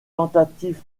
tentative